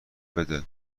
بده